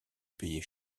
payer